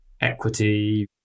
equity